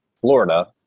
florida